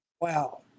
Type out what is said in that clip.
Wow